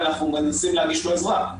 אלא אנחנו מנסים להגיש לו עזרה.